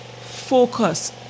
focus